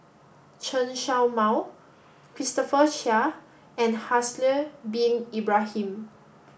Chen Show Mao Christopher Chia and Haslir Bin Ibrahim